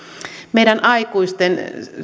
meidän aikuisten